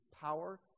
power